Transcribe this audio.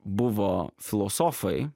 buvo filosofai